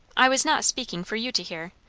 i was not speaking for you to hear.